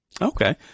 Okay